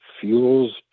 fuels